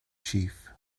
chief